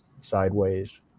sideways